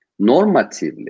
normatively